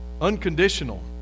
Unconditional